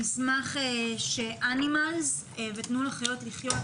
אני אשמח ש"אנימל" ו"תנו לחיות לחיות",